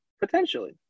Potentially